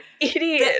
idiot